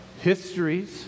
histories